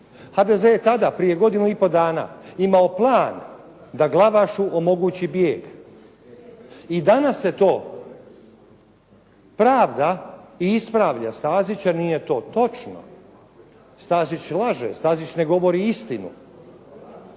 HDZ je tada prije godinu i pol dana imao plan da Glavašu omogući bijeg. I danas se to pravda i ispravlja Stazića, nije to točno. Stazić laže, Stazić ne govori istinu